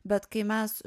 bet kai mes